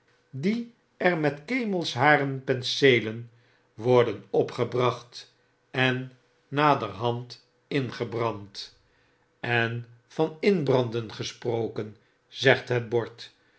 die er met kemelsharen penseelen worden opgebracht en naderhand er ingebrand en van inbranden gesproken